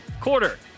quarter